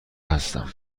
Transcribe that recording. هستم